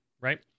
right